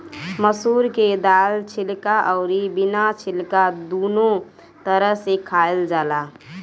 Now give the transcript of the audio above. मसूर के दाल छिलका अउरी बिना छिलका दूनो तरह से खाइल जाला